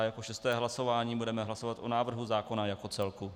Jako šesté hlasování budeme hlasovat o návrhu zákona jako celku.